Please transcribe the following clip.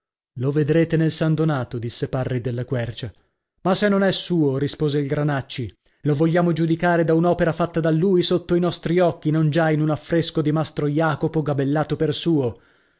lo vedrete nel san donato disse parri della quercia ma se non è suo rispose il granacci lo vogliamo giudicare da un'opera fatta da lui sotto i nostri occhi non già in un affresco di mastro jacopo gabellato per suo